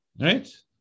right